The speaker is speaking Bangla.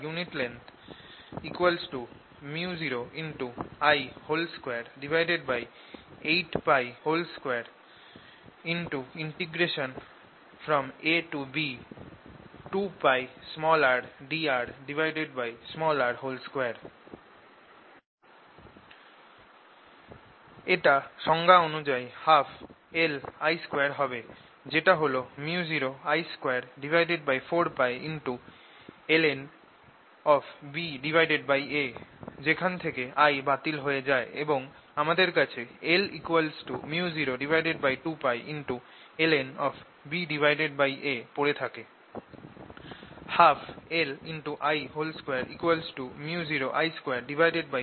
energy stored per unit length µ0I282ab2πrdrr2 এটা সংজ্ঞা অনুযায়ী 12LI2 হবে যেটা হল µ0I24πln⁡ যেখানে থেকে I বাতিল হয়ে যায় এবং আমাদের কাছে L µ02π ln⁡ পরে থাকবে